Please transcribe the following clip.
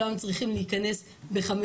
כמקום הנפיץ ביותר במזרח התיכון,